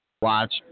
watch